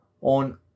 on